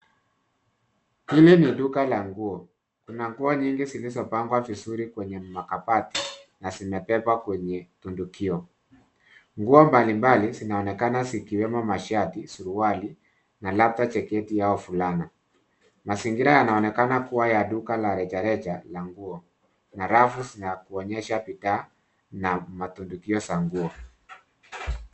Hili ni duka la nguo. Kuna nguo nyingi zilizopangwa vizuri kwenye makabati na zimebebwa kwenye tundukio. Nguo mbalimbali zinaonekana zikiwemo mashati, suruali na labda jaketi au fulana. Mazingira yanaonekana kuwa ya duka la rejareja la nguo, na rafu zinatuonyesha bidhaa na matundukio za nguo.